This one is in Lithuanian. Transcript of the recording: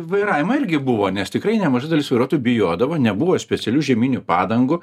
vairavimo irgi buvo nes tikrai nemaža dalis vairuotojų bijodavo nebuvo specialių žieminių padangų